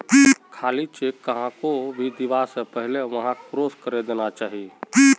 खाली चेक कहाको भी दीबा स पहले वहाक क्रॉस करे देना चाहिए